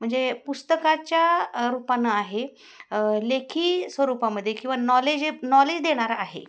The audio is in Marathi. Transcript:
म्हणजे पुस्तकाच्या रूपाने आहे लेखी स्वरूपामध्ये किंवा नॉलेजे नॉलेज देणारं आहे